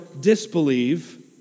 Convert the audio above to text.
disbelieve